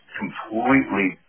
completely